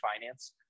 finance